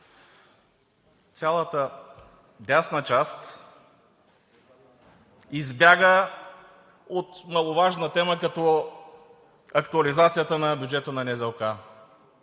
цялата дясна част избяга от маловажна тема като Актуализацията на бюджета на НЗОК.